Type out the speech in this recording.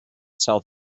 south